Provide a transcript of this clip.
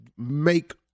make